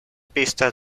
pistas